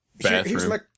bathroom